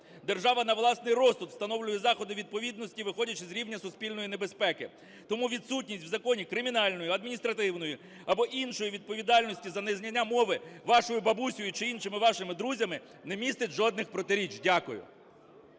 Держава на власний розсуд встановлює заходи відповідності, виходячи з рівня суспільної небезпеки. Тому відсутність в законі кримінальної, адміністративної або іншої відповідальності за незнання мови вашою бабусею чи іншими вашими друзями не містить жодних протиріч. Дякую.